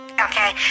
Okay